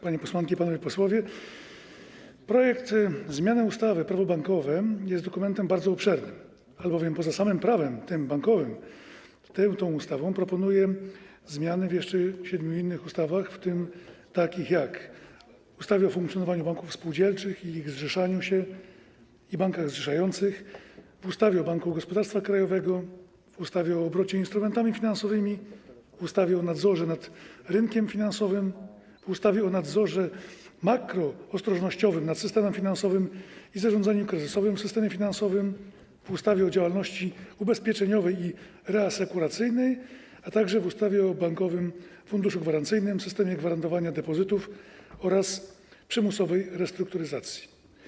Projekt zmiany ustawy Prawo bankowe jest dokumentem bardzo obszernym, albowiem poza samym prawem, tym bankowym, tą ustawą proponuje zmianę w jeszcze siedmiu innych ustawach, w tym w ustawie o funkcjonowaniu banków spółdzielczych, ich zrzeszaniu się i bankach zrzeszających, ustawie o Banku Gospodarstwa Krajowego, ustawie o obrocie instrumentami finansowymi, ustawie o nadzorze nad rynkiem finansowym, ustawie o nadzorze makroostrożnościowym nad systemem finansowym i zarządzaniu kryzysowym w systemie finansowym, ustawie o działalności ubezpieczeniowej i reasekuracyjnej, a także ustawie o Bankowym Funduszu Gwarancyjnym, systemie gwarantowania depozytów oraz przymusowej restrukturyzacji.